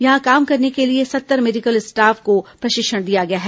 यहां काम करने के लिए सत्तर मेडिकल स्टाफ को प्रशिक्षण दिया गया है